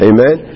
Amen